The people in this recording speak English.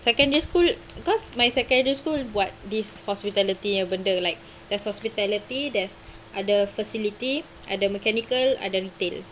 secondary school because my secondary school buat this hospitality punya benda like there is hospitality there's other facility ada mechanical ada retail